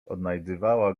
odnajdywała